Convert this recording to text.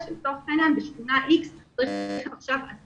שלצורך העניין בשכונה איקס צריך עכשיו לעשות